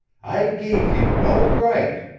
i gave you no right!